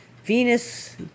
Venus